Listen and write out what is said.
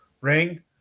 ring